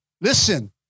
listen